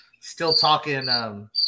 still-talking –